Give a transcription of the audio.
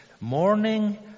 morning